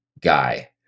guy